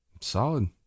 Solid